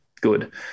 good